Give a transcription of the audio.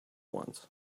wants